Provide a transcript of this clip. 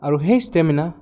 আৰু সেই ষ্টেমিনা